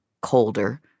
colder